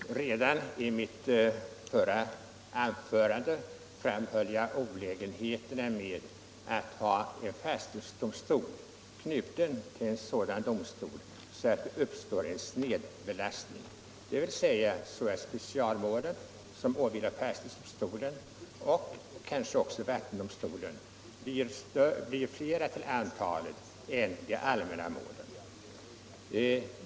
Herr talman! Redan i mitt förra anförande framhöll jag olägenheterna med att ha en fastighetsdomstol knuten till sådan domstol att snedbelastning uppstår, dvs. att specialmålen som åvilar fastighetsdomstolen och vattendomstolen blir fler till antalet än de allmänna målen.